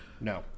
No